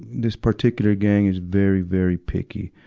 this particular gang is very, very picky.